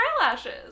eyelashes